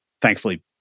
thankfully